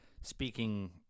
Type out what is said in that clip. Speaking